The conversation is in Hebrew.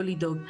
לא לדאוג,